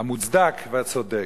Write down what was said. המוצדק והצודק.